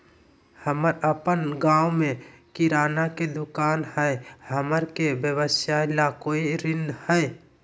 हमर अपन गांव में किराना के दुकान हई, हमरा के व्यवसाय ला कोई ऋण हई?